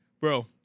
Bro